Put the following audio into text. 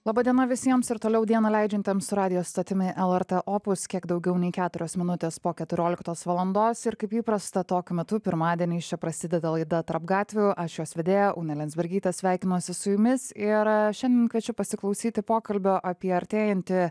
laba diena visiems ir toliau dieną leidžiantiem su radijo stotimi lrt opus kiek daugiau nei keturios minutės po keturioliktos valandos ir kaip įprasta tokiu metu pirmadieniais čia prasideda laida tarp gatvių aš jos vedėja ūnė landsbergytė sveikinuosi su jumis ir šiandien kviečiu pasiklausyti pokalbio apie artėjantį